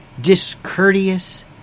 discourteous